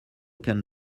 can